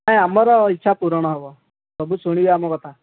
ଏ ଆମର ଇଚ୍ଛା ପୂରଣ ହେବ ସବୁ ଶୁଣିବେ ଆମ କଥା